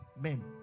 Men